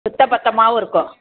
சுத்தபத்தமாவும் இருக்கும்